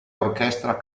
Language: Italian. orchestra